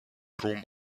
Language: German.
rom